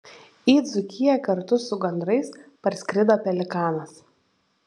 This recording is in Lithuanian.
į dzūkiją kartu su gandrais parskrido pelikanas